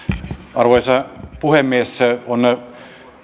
arvoisa puhemies on